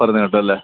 അത് നേട്ടം അല്ലേ